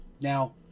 Now